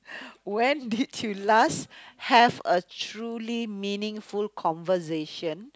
when did you last have a truly meaningful conversation